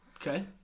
Okay